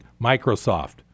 Microsoft